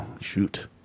shoot